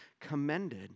commended